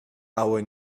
our